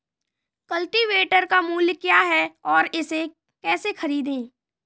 Cultivator का मूल्य क्या है और इसे कैसे खरीदें?